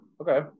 okay